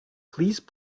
please